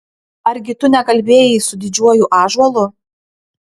argi tu nekalbėjai su didžiuoju ąžuolu